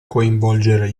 coinvolgere